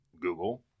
Google